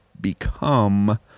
become